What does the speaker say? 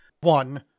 One